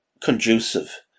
conducive